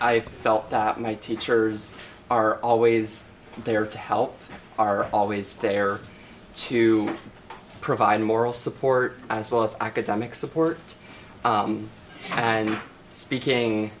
i felt that my teachers are always there to help are always there to provide moral support as well as academic support and speaking